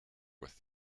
with